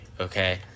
okay